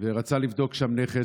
ורצה לבדוק שם נכס.